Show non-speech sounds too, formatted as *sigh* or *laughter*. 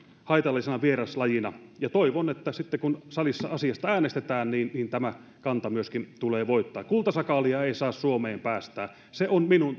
haitallisena vieraslajina ja toivon että sitten kun salissa asiasta äänestetään tämä kanta myöskin tulee voittamaan kultasakaalia ei saa suomeen päästää se on minun *unintelligible*